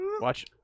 Watch-